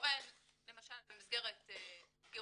טוען, למשל במסגרת גירושין,